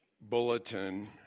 bulletin